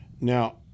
Now